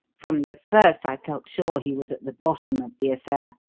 from the first i felt sure he was at the bottom of the affair,